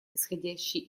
исходящие